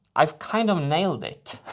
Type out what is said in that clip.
i've kind of nailed it.